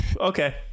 okay